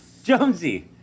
Jonesy